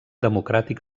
democràtic